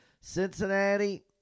Cincinnati